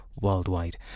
worldwide